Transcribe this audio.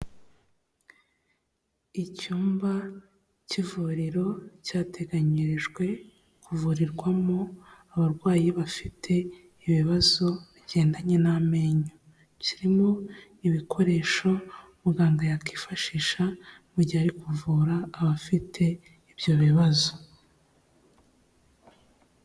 Icyumba cy'ivuriro cyateganyirijwe kuvurirwamo abarwayi bafite ibibazo bigendanye n'amenyo, kirimo ibikoresho muganga yakifashisha mu gihe ari kuvura abafite ibyo bibazo.